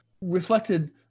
reflected